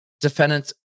Defendants